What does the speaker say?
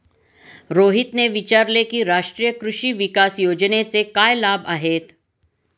रोहितने विचारले की राष्ट्रीय कृषी विकास योजनेचे काय लाभ आहेत?